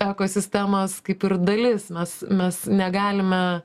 ekosistemos kaip ir dalis mes mes negalime